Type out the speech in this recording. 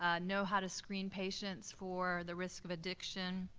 ah know how to screen patients for the risk of addiction.